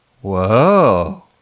Whoa